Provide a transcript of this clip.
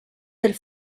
del